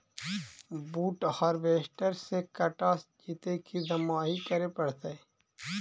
बुट हारबेसटर से कटा जितै कि दमाहि करे पडतै?